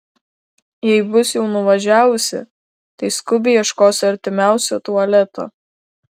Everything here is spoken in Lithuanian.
jei bus jau nuvažiavusi tai skubiai ieškosiu artimiausio tualeto